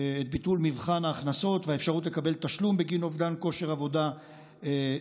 את ביטול מבחן ההכנסות והאפשרות לקבל תשלום בגין אובדן כושר עבודה חלקי.